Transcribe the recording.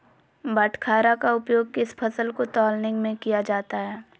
बाटखरा का उपयोग किस फसल को तौलने में किया जाता है?